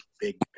big